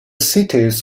cities